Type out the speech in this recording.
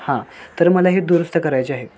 हां तर मला हे दुरुस्त करायचे आहे